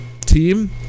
team